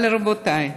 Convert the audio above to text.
אבל, רבותיי,